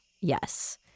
Yes